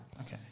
Okay